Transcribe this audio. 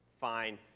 Fine